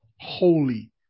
holy